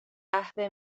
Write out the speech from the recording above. قهوه